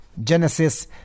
Genesis